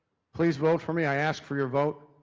please vote for me, i ask for your vote.